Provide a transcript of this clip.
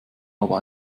aber